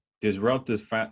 disruptive